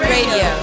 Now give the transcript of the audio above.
Radio